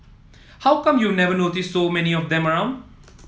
how come you never noticed so many of them around